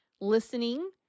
listening